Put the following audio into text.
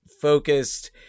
focused